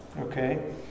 Okay